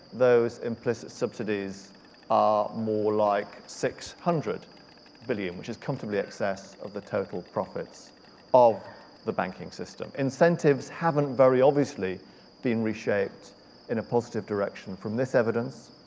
those implicit subsidies are more like six hundred billion which is comfortably excess of the total profits of the banking system. incentives haven't very obviously been reshaped in a positive direction from this evidence.